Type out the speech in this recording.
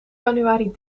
januari